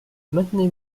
maintenez